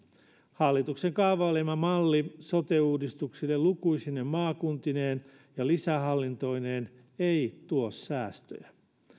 hallituksen kaavailema malli sote uudistukselle lukuisine maakuntineen ja lisähallintoineen ei tuo säästöjä